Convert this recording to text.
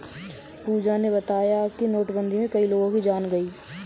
पूजा ने बताया कि नोटबंदी में कई लोगों की जान गई